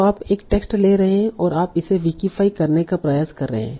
तो आप एक टेक्स्ट ले रहे हैं और आप इसे विकीफाई करने का प्रयास कर रहे हैं